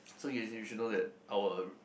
so you you should know that our